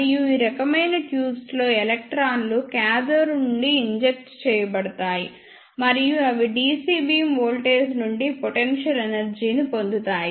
మరియు ఈ రకమైన ట్యూబ్స్ లో ఎలక్ట్రాన్లు కాథోడ్ నుండి ఇంజెక్ట్ చేయబడతాయి మరియు అవి DC బీమ్ వోల్టేజ్ నుండి పొటెన్షియల్ ఎనర్జీ ని పొందుతాయి